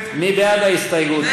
מי בעד ההסתייגות?